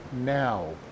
now